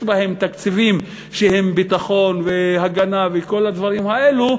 בהם תקציבים שהם ביטחון והגנה וכל הדברים האלה,